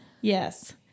yes